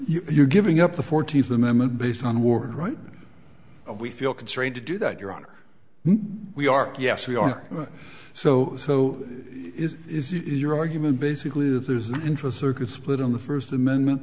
law you're giving up the fourteenth amendment based on war right we feel constrained to do that your honor we are yes we are so so is your argument basically there's no interest circuit split on the first amendment